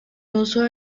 uso